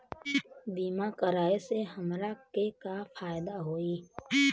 बीमा कराए से हमरा के का फायदा होई?